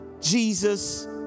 Jesus